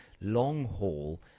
long-haul